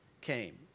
came